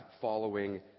following